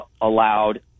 allowed